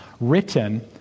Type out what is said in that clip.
written